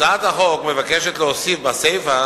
הצעת החוק מבקשת להוסיף בסיפא